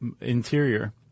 interior